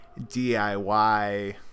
DIY